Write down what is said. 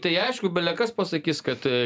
tai aišku bele kas pasakys kad